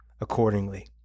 accordingly